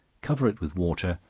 cover it with water,